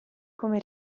come